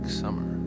summer